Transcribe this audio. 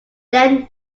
then